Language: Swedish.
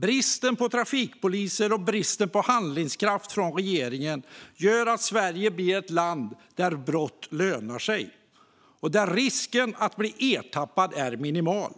Bristen på trafikpoliser och bristen på handlingskraft från regeringen gör att Sverige blir ett land där brott lönar sig och där risken att bli ertappad är minimal.